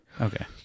Okay